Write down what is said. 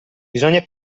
bisogna